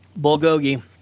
Bulgogi